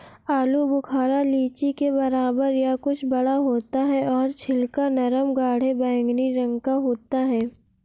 आलू बुखारा लीची के बराबर या कुछ बड़ा होता है और छिलका नरम गाढ़े बैंगनी रंग का होता है